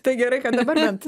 tai gerai kad dabar bent